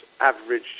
average